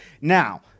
Now